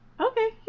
Okay